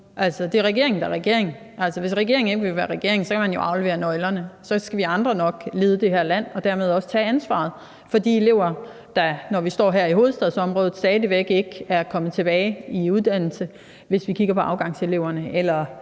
det er regeringen, der er regering, og hvis regeringen ikke vil være regering, kan man jo aflevere nøglerne, og så skal vi andre nok lede det her land og dermed også tage ansvaret for de elever, der, når vi kigger på hovedstadsområdet, stadig væk ikke er kommet tilbage i uddannelse, eller som, hvis vi kigger på afgangseleverne eller